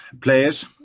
players